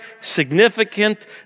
significant